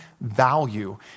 value